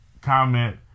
comment